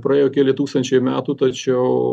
praėjo keli tūkstančiai metų tačiau